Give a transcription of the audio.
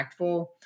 impactful